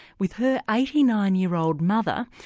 with her eighty nine year old mother,